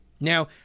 now